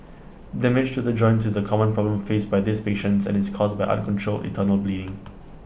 damage to the joints is A common problem faced by these patients and is caused by uncontrolled internal bleeding